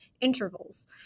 intervals